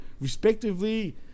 respectively